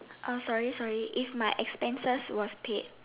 uh sorry sorry if my expenses was paid